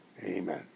Amen